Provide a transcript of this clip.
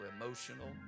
emotional